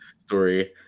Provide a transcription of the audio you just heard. story